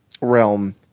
realm